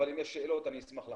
אבל אם יש שאלות אני אשמח לענות.